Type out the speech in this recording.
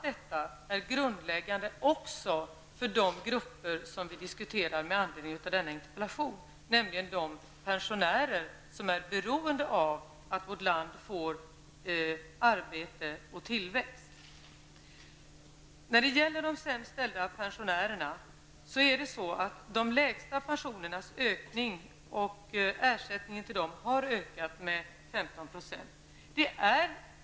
Detta är av grundläggande betydelse också för de grupper som vi diskuterar med anledning av denna interpellation, dvs. de pensionärer som är beroende av att vårt land får ökad sysselsättning och tillväxt. Beträffande de sämst ställda pensionärerna har de lägsta pensionerna ökat med 15 %.